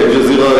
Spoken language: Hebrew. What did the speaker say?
ב"אל-ג'זירה",